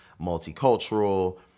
multicultural